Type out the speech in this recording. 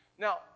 Now